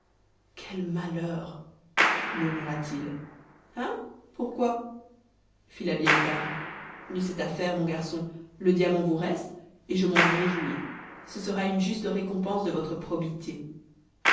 quel malheur murmura-t-il hein pourquoi fit la vieille dame de cette affaire mon garçon le diamant vous reste et je m'en réjouis ce sera une juste récompense de votre probité